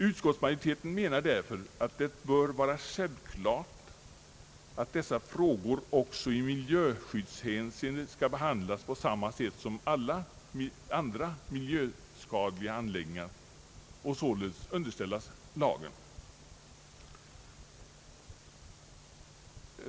Utskottsmajoriteten menar därför att det bör vara självklart att de också i miljöskyddshänseende skall behandlas på samma sätt som alla andra miljöskadliga anläggningar och således underställas lagen.